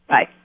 Bye